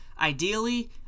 Ideally